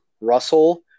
Russell